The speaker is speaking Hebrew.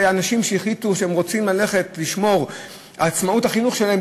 אנשים שהחליטו שהם רוצים לשמור על עצמאות החינוך שלהם,